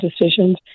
decisions